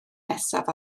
nesaf